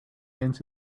into